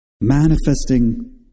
Manifesting